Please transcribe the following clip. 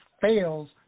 fails